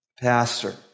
pastor